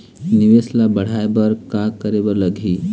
निवेश ला बड़हाए बर का करे बर लगही?